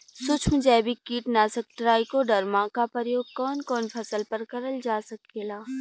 सुक्ष्म जैविक कीट नाशक ट्राइकोडर्मा क प्रयोग कवन कवन फसल पर करल जा सकेला?